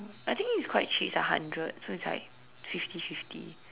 I think it's quite cheap it's like hundred so it's like fifty fifty